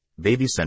BabyCenter